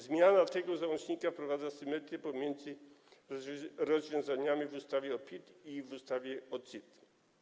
Zmiana tego załącznika wprowadza symetrię pomiędzy rozwiązaniami w ustawie o PIT i w ustawie o CIT.